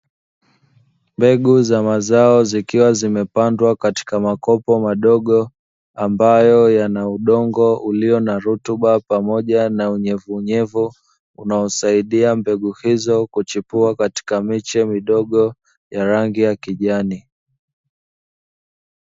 Mbegu za mazao zikiwa zimepandwa katika makopo madogo ambayo yana udongo ulio na rutuba pamoja na unyevunyevu, unaosaidia mbegu hizo kuchipua katika miche midogo ya rangi ya kijani.